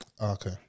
Okay